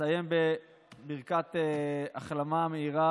אסיים בברכת החלמה מהירה